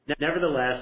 Nevertheless